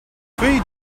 three